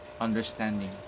understanding